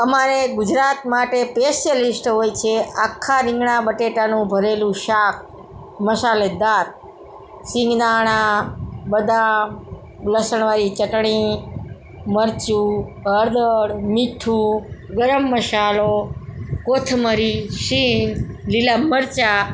અમારે ગુજરાત માટે પેસ્યલિસ્ટ હોય છે આખા રીંગણા બટેટાનું ભરેલું શાક મસાલેદાર સીંગદાણા બદામ લસણવાળી ચટણી મરચું હળદર મીઠું ગરમ મસાલો કોથમીર શીંગ લીલા મરચાં